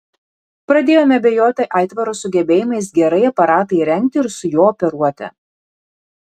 pradėjome abejoti aitvaro sugebėjimais gerai aparatą įrengti ir su juo operuoti